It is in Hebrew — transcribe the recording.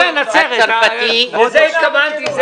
לזה התכוונתי,